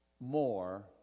more